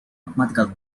mathematical